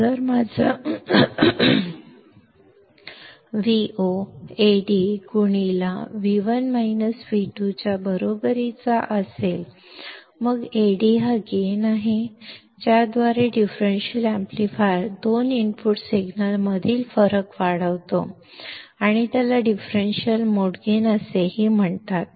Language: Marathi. तर जर माझा Vo Ad च्या बरोबरीचा असेल मग Ad हा लाभ आहे ज्याद्वारे डिफरेंशियल एम्पलीफाय दोन इनपुट सिग्नलमधील फरक वाढवतो आणि त्याला डिफरेंशियल मोड गेन असेही म्हणतात